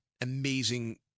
amazing